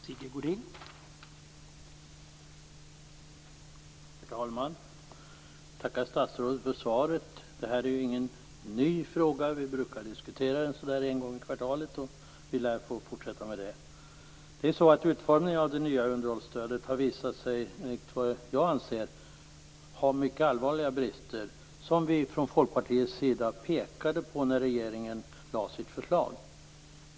Herr talman! Jag tackar statsrådet för svaret. Det här är ingen ny fråga. Vi brukar diskutera den en gång i kvartalet, och vi lär få fortsätta med det. Utformningen av det nya underhållsstödet har visat sig, enligt vad jag anser, ha mycket allvarliga brister som vi från Folkpartiets sida pekade på när regeringen lade fram sitt förslag.